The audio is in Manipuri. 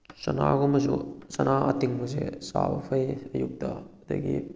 ꯆꯅꯥꯒꯨꯝꯕꯁꯨ ꯆꯅꯥ ꯑꯇꯤꯡꯕꯁꯦ ꯆꯥꯕ ꯐꯩ ꯑꯌꯨꯛꯇ ꯑꯗꯨꯗꯒꯤ